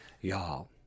Y'all